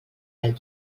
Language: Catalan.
del